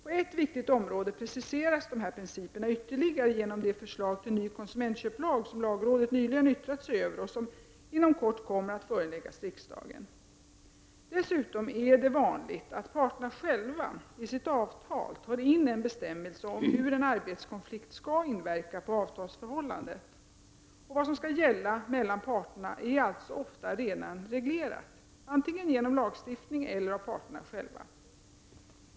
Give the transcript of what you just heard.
På ett viktigt område preciseras dessa principer ytterligare genom det förslag till ny konsumentköplag som lagrådet nyligen yttrat sig över och som inom kort kommer att föreläggas riksdagen. Dessutom är det vanligt att parterna själva i sitt avtal tar in en bestämmelse om hur en arbetskonflikt skall inverka på avtalsförhållandet. Vad som skall gälla mellan parterna är alltså ofta redan reglerat — antingen genom lagstiftning eller av parterna själva.